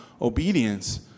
obedience